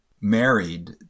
married